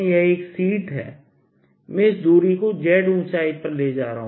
यह एक शीट है मैं इस दूरी को z ऊंचाई पर ले रहा हूँ